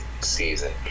season